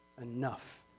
enough